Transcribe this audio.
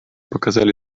доказали